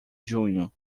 junho